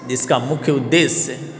जिसका मुख्य उद्देश्य